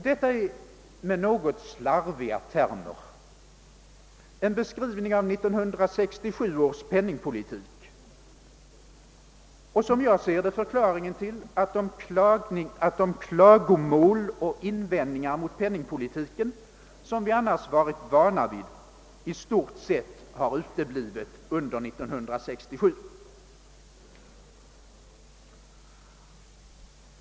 Detta är, med något slarviga termer, en beskrivning av 1967 års penningpolitik, och som jag ser det förklaringen till att de klagomål och invändningar mot penningpolitiken, som vi annars varit vana vid, i stort sett har uteblivit under 1967.